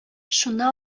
шуны